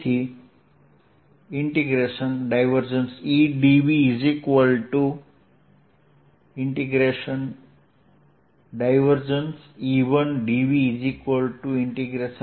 તેથી ∇E dv ∇E1 dv E1